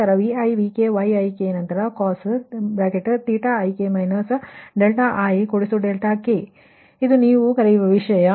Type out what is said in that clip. ನಂತರ Vi Vk Yik ನಂತರ cos⁡θik ik ಮತ್ತು ಇದು ವಿಷಯ